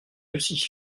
aussi